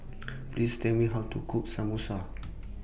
Please Tell Me How to Cook Samosa